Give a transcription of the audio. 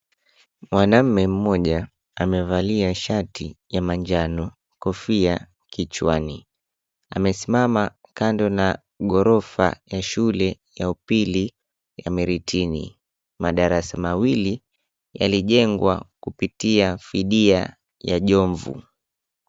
Mwanamme mmoja amevalia shati ya manjano, kofia kichwani, amesimama kando na gorofa ya shule ya upili ya Miritini. Madarasa mawili yalijengwa kupitia fidia ya Jomvu.